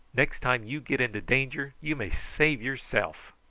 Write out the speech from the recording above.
next time you get into danger, you may save yourself.